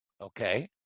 Okay